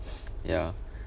ya